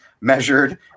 measured